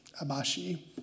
Abashi